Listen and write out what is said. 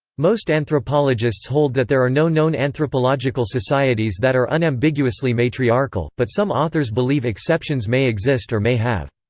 most anthropologists hold that there are no known anthropological societies that are unambiguously matriarchal, but some authors believe exceptions may exist or may have.